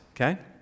okay